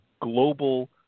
global